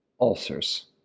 ulcers